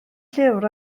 llyfr